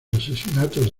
asesinatos